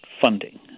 funding